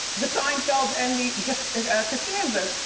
the seinfelds and the costanzas,